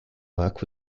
work